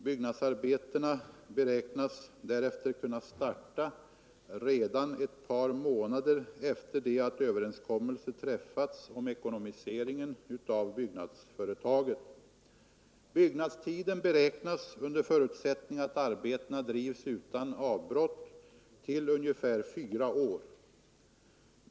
Byggnadsarbetena beräknas kunna starta redan ett par månader efter det att överenskommelse träffats om ekonomiseringen av byggnadsföretaget. Byggnadstiden beräknas, under förutsättning att arbetena bedrivs utan avbrott, till ungefär fyra år.